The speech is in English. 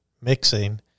mixing